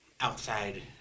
outside